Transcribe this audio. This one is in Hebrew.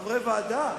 חברי ועדה.